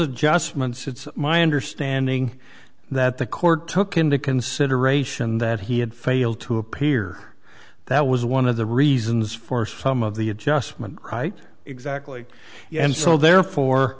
adjustments it's my understanding that the court took into consideration that he had failed to appear that was one of the reasons for some of the adjustment right exactly and so therefore